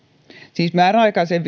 siis määräaikaiseen